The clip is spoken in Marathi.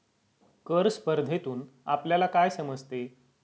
कर स्पर्धेतून आपल्याला काय समजते?